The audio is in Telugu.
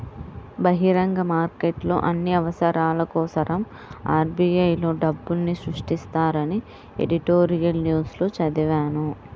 బహిరంగ మార్కెట్లో అన్ని అవసరాల కోసరం ఆర్.బి.ఐ లో డబ్బుల్ని సృష్టిస్తారని ఎడిటోరియల్ న్యూస్ లో చదివాను